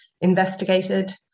investigated